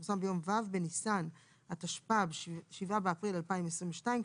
שפורסם ביום ו' בניסן התשפ"ב (7 באפריל 2022),